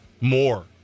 more